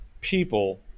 people